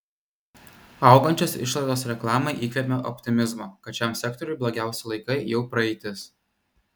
augančios išlaidos reklamai įkvepia optimizmo kad šiam sektoriui blogiausi laikai jau praeitis